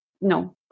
no